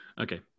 okay